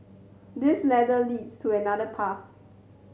this ladder leads to another path